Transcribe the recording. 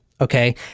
Okay